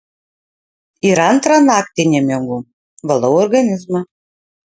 ir antrą naktį nemiegu valau organizmą